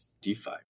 DeFi